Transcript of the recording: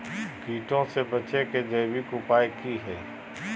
कीटों से बचे के जैविक उपाय की हैय?